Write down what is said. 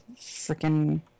freaking